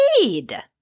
Indeed